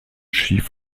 schief